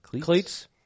Cleats